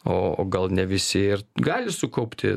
o gal ne visi ir gali sukaupti